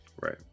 Right